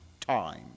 time